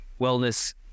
wellness